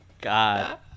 God